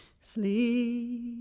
Sleep